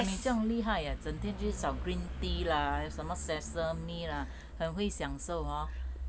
你这样厉害 ah 整天去找 green tea lah 有什么 sesame lah 很会享受 hor